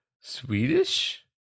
Swedish